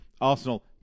Arsenal